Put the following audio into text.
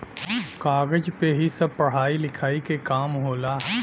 कागज पे ही सब पढ़ाई लिखाई के काम होला